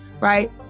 Right